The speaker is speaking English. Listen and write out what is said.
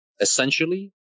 essentially